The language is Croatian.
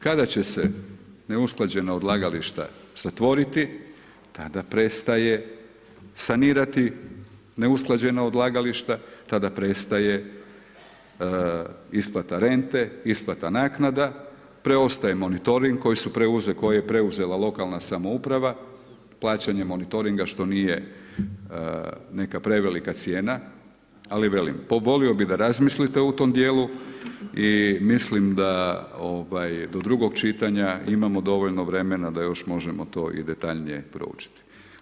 Kada će se neusklađena odlagališta zatvoriti tada prestaje sanirati neusklađena odlagališta, tada prestaje isplata rente, isplata naknada preostaje monitoring koji je preuzela lokalna samouprava, plaćanje monitoringa što nije neka prevelika cijena, ali velim volio bi da razmislite u tom dijelu i mislim da ovaj do drugog čitanja imamo dovoljno vremena da još možemo to i detaljnije proučiti.